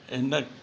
इन वीचारु करे